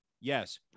Yes